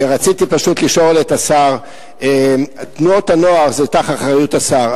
רציתי פשוט לשאול את השר: תנועות הנוער הן תחת אחריות השר,